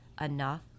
enough